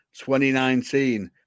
2019